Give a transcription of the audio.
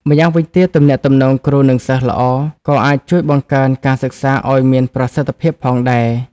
ម្យ៉ាងវិញទៀតទំនាក់ទំនងគ្រូនិងសិស្សល្អក៏អាចជួយបង្កើនការសិក្សាឱ្យមានប្រសិទ្ធភាពផងដែរ។